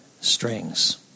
strings